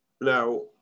Now